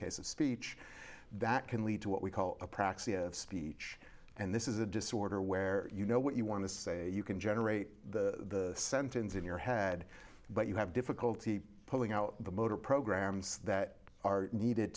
case of speech that can lead to what we call a proxy of speech and this is a disorder where you know what you want to say you can generate the sentence in your head but you have difficulty pulling out the motor programs that are needed